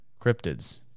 cryptids